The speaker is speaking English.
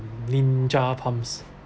ninja pumps